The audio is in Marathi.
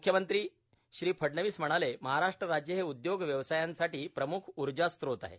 मुख्यमंत्री फडणवीस म्हणाले महाराष्ट्र राज्य हे उद्योग व्यवसायांसाठी प्रमुख ऊर्जास्त्रोत आहे